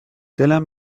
دلم